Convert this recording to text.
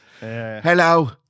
Hello